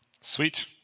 Sweet